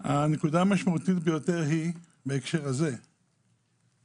הנקודה המשמעותית ביותר בהקשר הזה היא